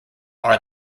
are